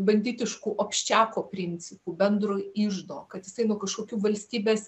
banditiškų obščiako principu bendro iždo kad jisai nuo kažkokių valstybės